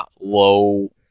low